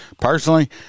Personally